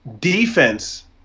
defense